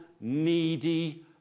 needy